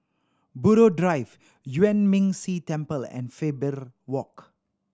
Buroh Drive Yuan Ming Si Temple and Faber Walk